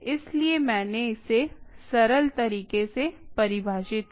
इसलिए मैंने इसे सरल तरीके से परिभाषित किया